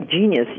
genius